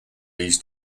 his